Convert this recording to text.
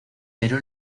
pero